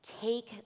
take